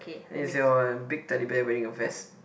is your big Teddy Bear wearing a vest